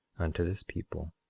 unto this people.